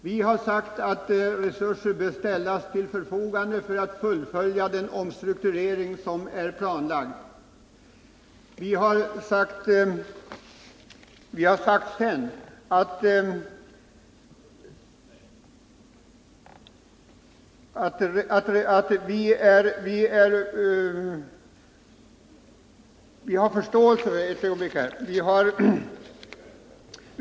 Vi har sagt att resurser bör Nr 164 ställas till förfogande så att den planlagda omstruktureringen kan fullföljas.